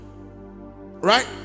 Right